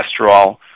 cholesterol